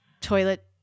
toilet